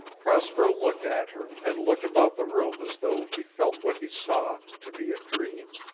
prosper looked at her and looked about the room as though he felt what he saw to be a dream.